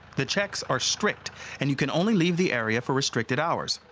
the checks are strict and you can only leave the area for restricted hours.